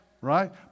right